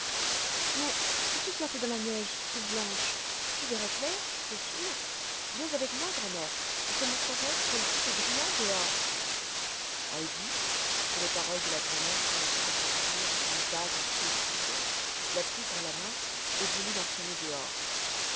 mais si tu sortais dans la neige toute blanche tu verrais clair bien sûr viens avec moi grand'mère je te montrerai comme tout est brillant dehors heidi que les paroles de la grand'mère commençaient à remplir d'une vague inquiétude la prit par la main et voulut l'entraîner dehors